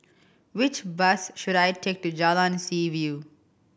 which bus should I take to Jalan Seaview